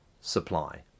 supply